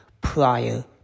prior